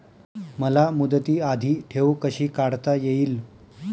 मला मुदती आधी ठेव कशी काढता येईल?